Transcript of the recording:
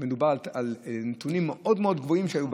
מדובר על נתונים מאוד מאוד גבוהים שהיו בכביש.